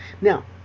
Now